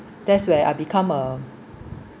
that's where I become a